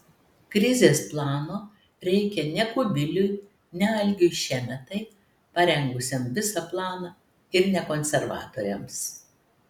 krizės plano reikia ne kubiliui ne algiui šemetai parengusiam visą planą ir ne konservatoriams